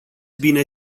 bine